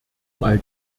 all